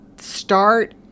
start